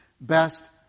best